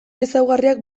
ezaugarriak